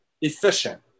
efficient